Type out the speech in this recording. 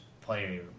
player